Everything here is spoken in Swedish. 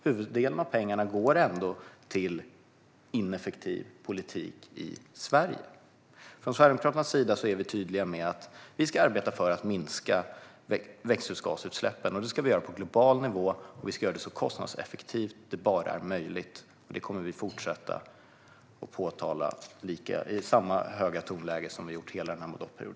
Huvuddelen av pengarna går ju ändå till ineffektiv politik i Sverige. Från Sverigedemokraternas sida är vi tydliga med att vi ska arbeta för att minska växthusgasutsläppen. Vi ska göra det på global nivå och så kostnadseffektivt det bara är möjligt. Detta kommer vi att fortsätta att påpeka i samma höga tonläge som under hela denna mandatperiod.